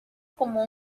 como